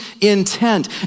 intent